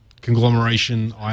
conglomeration